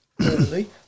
early